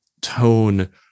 tone